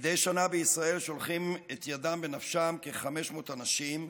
מדי שנה בישראל שולחים יד בנפשם כ-500 אנשים,